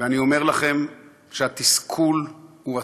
ואני אומר לכם שהתסכול הוא עצום.